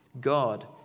God